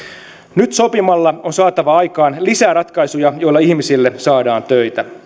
nyt sopimalla on saatava aikaan lisää ratkaisuja joilla ihmisille saadaan töitä